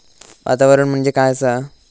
वातावरण म्हणजे काय असा?